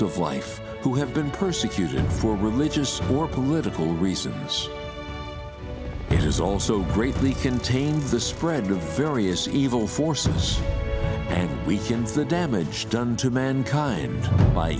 of life who have been persecuted for religious or political reasons it is also greatly contains the spread of various evil forces and weakens the damage done to mankind